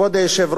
כבוד השר,